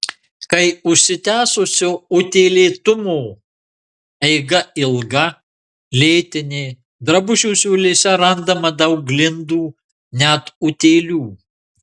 kai užsitęsusio utėlėtumo eiga ilga lėtinė drabužių siūlėse randama daug glindų net utėlių